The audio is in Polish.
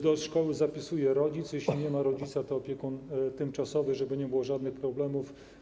Do szkoły zapisuje rodzic, a jeśli nie ma rodzica, to opiekun tymczasowy, żeby nie było żadnych problemów.